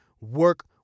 work